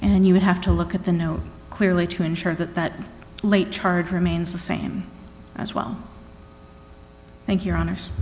and you would have to look at the no clearly to ensure that that late charge remains the same as well thank your hon